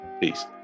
Peace